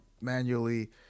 manually